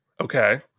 Okay